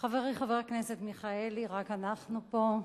חברי חבר הכנסת מיכאלי, רק אנחנו פה.